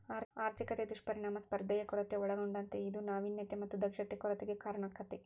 ಆರ್ಥಿಕತೆ ದುಷ್ಪರಿಣಾಮ ಸ್ಪರ್ಧೆಯ ಕೊರತೆ ಒಳಗೊಂಡತೇ ಇದು ನಾವಿನ್ಯತೆ ಮತ್ತ ದಕ್ಷತೆ ಕೊರತೆಗೆ ಕಾರಣಾಕ್ಕೆತಿ